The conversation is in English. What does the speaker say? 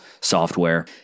software